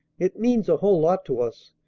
it means a whole lot to us,